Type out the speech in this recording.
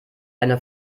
eine